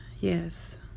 Yes